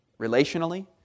relationally